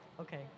Okay